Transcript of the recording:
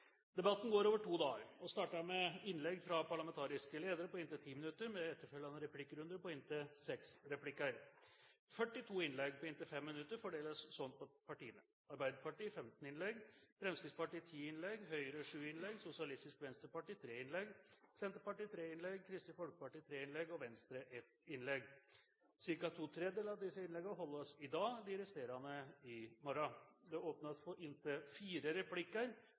Debatten går over to dager og starter med innlegg fra parlamentariske ledere på inntil 10 minutter, med etterfølgende replikkrunde på inntil seks replikker. 42 innlegg på inntil 5 minutter fordeles slik mellom partiene: Arbeiderpartiet 15 innlegg, Fremskrittspartiet 10 innlegg, Høyre 7 innlegg, Sosialistisk Venstreparti 3 innlegg, Senterpartiet 3 innlegg, Kristelig Folkeparti 3 innlegg og Venstre 1 innlegg. Cirka to tredjedeler av innleggene holdes i dag, de resterende i morgen. Det åpnes for inntil fire replikker